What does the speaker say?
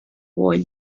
boy